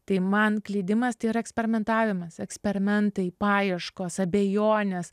tai man klydimas tai yra eksperimentavimas eksperimentai paieškos abejonės